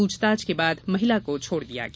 प्रछताछ के बाद महिला को छोड़ दिया गया